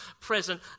present